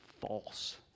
false